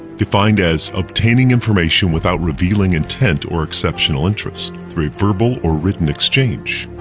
defined as obtaining information without revealing intent or exceptional interest, through a verbal or written exchange.